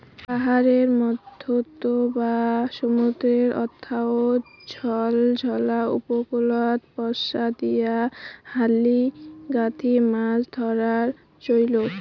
পাহাড়ের মইধ্যত বা সমুদ্রর অথাও ঝলঝলা উপকূলত বর্ষা দিয়া হালি গাঁথি মাছ ধরার চইল